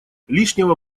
лишнего